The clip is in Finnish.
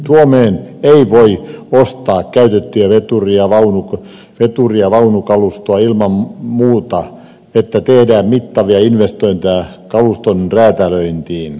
suomeen ei voi ostaa käytettyä veturi ja vaunukalustoa ilman että tehdään mittavia investointeja kaluston räätälöintiin